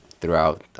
throughout